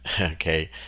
okay